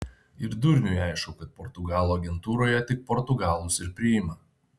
ir durniui aišku kad portugalų agentūroje tik portugalus ir priima